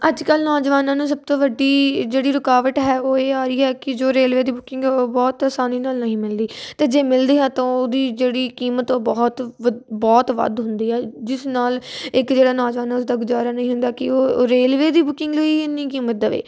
ਅੱਜ ਕੱਲ੍ਹ ਨੌਜਵਾਨਾਂ ਨੂੰ ਸਭ ਤੋਂ ਵੱਡੀ ਜਿਹੜੀ ਰੁਕਾਵਟ ਹੈ ਉਹ ਇਹ ਆ ਰਹੀ ਹੈ ਕਿ ਜੋ ਰੇਲਵੇ ਦੀ ਬੁਕਿੰਗ ਉਹ ਬਹੁਤ ਆਸਾਨੀ ਦੇ ਨਾਲ ਨਹੀਂ ਮਿਲਦੀ ਅਤੇ ਜੇ ਮਿਲਦੀ ਹੈ ਤਾਂ ਉਹਦੀ ਜਿਹੜੀ ਕੀਮਤ ਉਹ ਬਹੁਤ ਵ ਬਹੁਤ ਵੱਧ ਹੁੰਦੀ ਹੈ ਜਿਸ ਨਾਲ ਇੱਕ ਜਿਹੜਾ ਨੌਜਵਾਨਾਂ ਉਸਦਾ ਗੁਜ਼ਾਰਾ ਨਹੀਂ ਹੁੰਦਾ ਕਿ ਉਹ ਰੇਲਵੇ ਦੀ ਬੁੱਕਿੰਗ ਲਈ ਇੰਨੀ ਕੀਮਤ ਦੇਵੇ